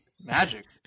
magic